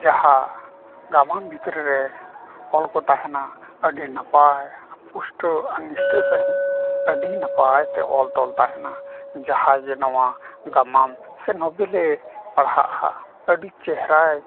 ᱡᱟᱦᱟᱸ ᱜᱟᱢᱟᱢ ᱵᱷᱤᱛᱨᱤᱨᱮ ᱚᱞ ᱠᱚ ᱛᱟᱦᱮᱱᱟ ᱟᱹᱰᱤ ᱱᱟᱯᱟᱭ ᱯᱩᱥᱴᱟᱹᱣ ᱟᱨ ᱱᱤᱥᱴᱟᱹ ᱥᱟᱺᱦᱤᱡ ᱟᱹᱰᱤ ᱱᱟᱯᱟᱭ ᱛᱮ ᱚᱞ ᱛᱚᱞ ᱛᱟᱦᱮᱱᱟ ᱡᱟᱦᱟᱸᱭ ᱜᱮ ᱱᱚᱣᱟ ᱜᱟᱢᱟᱢ ᱥᱮ ᱱᱚᱵᱮᱞᱮ ᱯᱟᱲᱦᱟᱜᱼᱟ ᱟᱹᱰᱤ ᱪᱮᱦᱨᱟᱭ